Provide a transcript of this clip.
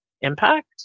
impact